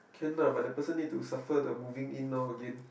can lah but the person need to suffer the moving in loh again